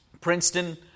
Princeton